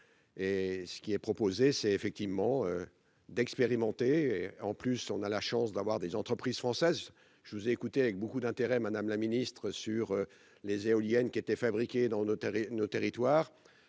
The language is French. et ce qui est proposé, c'est effectivement d'expérimenter et en plus on a la chance d'avoir des entreprises françaises, je vous ai écouté avec beaucoup d'intérêt Madame la Ministre, sur les éoliennes qui étaient fabriqués dans nos Terres